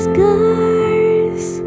Scars